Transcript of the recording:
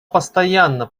постоянно